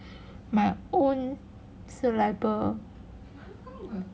my own saliva